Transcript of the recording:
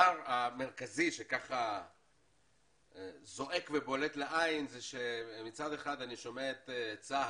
הדבר המרכזי שזועק ובולט לעין זה שמצד אחד אני שומע את צה"ל